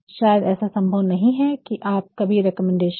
शायद ऐसा संभव नहीं है कि आप कभी रिकमेंडेशन दे